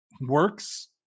works